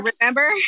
remember